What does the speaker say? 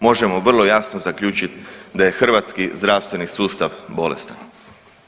Možemo vrlo jasno zaključiti da je hrvatski zdravstveni sustav bolestan.